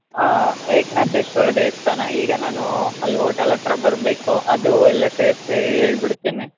ಆಂ ಏಕನಾಥೇಶ್ವರ ದೇವಸ್ಥಾನ ಈಗ ನಾನು ಅಲ್ಲಿ ಹೋಟಲ್ ಹತ್ರ ಬರಬೇಕು ಅದೂ ಎಲ್ಲ ಸೇರಿಸಿ ಹೇಳ್ಬಿಡ್ತಿನಿ